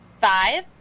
five